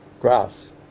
graphs